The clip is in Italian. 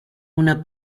una